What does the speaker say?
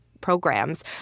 programs